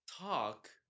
talk